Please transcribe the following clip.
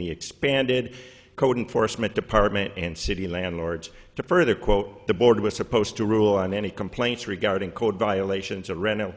the expanded code enforcement department and city landlords to further quote the board was supposed to rule on any complaints regarding code violations of rental